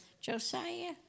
Josiah